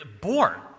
born